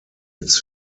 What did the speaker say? its